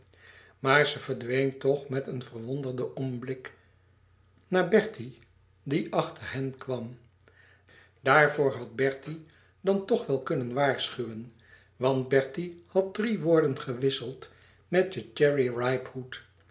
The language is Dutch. maar ze verdween toch met een verwonderden omblik naar bertie die achter hen kwam daarvoor had bertie dan toch wel kunnen waarschuwen want bertie had drie woorden gewisseld met den